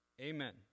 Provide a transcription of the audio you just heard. Amen